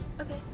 Okay